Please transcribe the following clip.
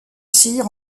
cyr